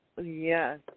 Yes